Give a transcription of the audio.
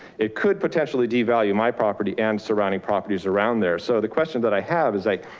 it could potentially devalue my property and surrounding properties around there. so the question that i have is like,